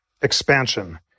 expansion